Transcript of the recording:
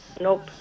Nope